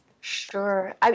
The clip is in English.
Sure